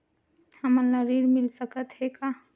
हमन ला ऋण मिल सकत हे का?